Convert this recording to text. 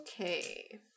okay